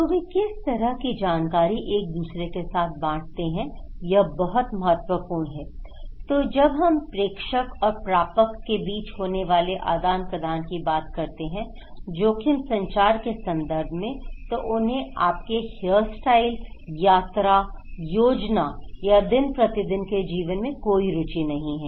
तो वे किस तरह की जानकारी एक दूसरे के साथ बांटते हैं यह बहुत महत्वपूर्ण हैI तो जब हम प्रेक्षक और प्रापक के बीच होने वाले आदान प्रदान की बात करते हैं जोखिम संचार के संदर्भ में तो उन्हें आपके हेयर स्टाइल यात्रा योजना या दिन प्रतिदिन के जीवन में कोई रुचि नहीं है